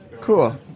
Cool